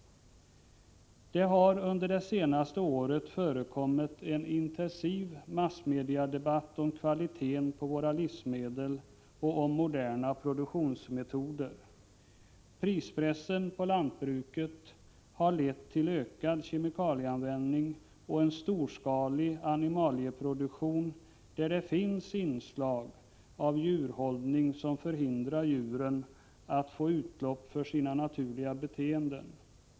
Det har under det senaste året förekommit en intensiv massmediedebatt om kvaliteten på våra livsmedel och om moderna produktionsmetoder. Prispressen på lantbruket har lett till ökad kemikalieanvändning och en storskalig animalieproduktion, där det finns inslag av djurhållning som förhindrar djuren att få utlopp för sina naturliga beteenden.